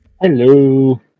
Hello